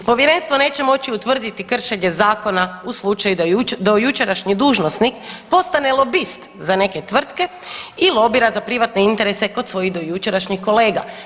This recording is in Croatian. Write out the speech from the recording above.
Povjerenstvo neće moći utvrditi kršenje zakona u slučaju da dojučerašnji dužnosnik postane lobist za neke tvrtke i lobira za privatne interese kod svojih dojučerašnjih kolega.